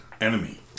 Enemy